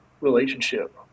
relationship